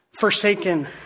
Forsaken